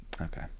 Okay